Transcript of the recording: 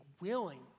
willing